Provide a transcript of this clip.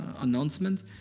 announcement